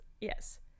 yes